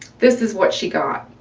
this is what she got.